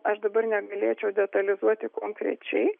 aš dabar negalėčiau detalizuoti konkrečiai